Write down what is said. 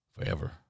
forever